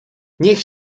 niech